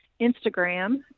Instagram